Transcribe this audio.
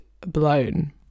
blown